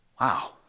Wow